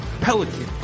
Pelican